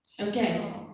okay